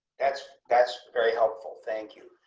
that's that's very helpful. thank you.